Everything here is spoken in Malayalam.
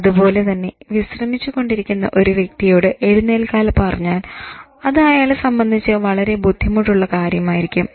അതുപോലെ തന്നെ വിശ്രമിച്ചു കൊണ്ടിരിക്കുന്ന ഒരു വ്യക്തിയോട് എഴുന്നേൽക്കാൻ പറഞ്ഞാൽ അത് അയാളെ സംബന്ധിച്ച് വളരെ ബുദ്ധിമുട്ടുള്ള കാര്യമായിരിക്കും